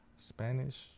Spanish